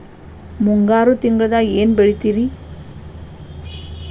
ಮುಂಗಾರು ತಿಂಗಳದಾಗ ಏನ್ ಬೆಳಿತಿರಿ?